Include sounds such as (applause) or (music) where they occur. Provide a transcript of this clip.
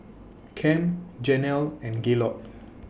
(noise) Kem Janell and Gaylord